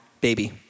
baby